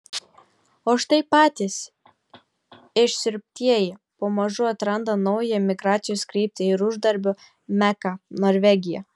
o štai patys išsiurbtieji pamažu atranda naują migracijos kryptį ir uždarbio meką norvegiją